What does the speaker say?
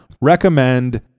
recommend